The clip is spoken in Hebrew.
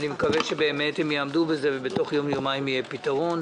ואני מקווה שהם יעמדו בזה ושבתוך יום-יומיים יהיה פתרון.